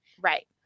right